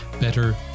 better